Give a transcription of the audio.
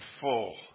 full